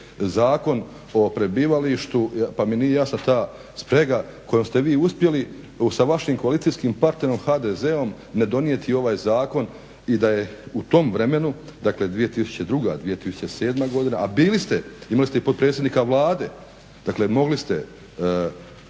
Zakon o prebivalištu pa mi nije jasna ta sprega koju ste vi uspjeli sa vašim koalicijskim partnerom HDZ-om ne donijeti ovaj zakon i da je u tom vremenu dakle 2002.-2007.godina a bili ste imali ste potpredsjednika Vlade dakle mogli ste